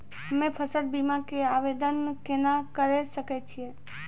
हम्मे फसल बीमा के आवदेन केना करे सकय छियै?